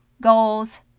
goals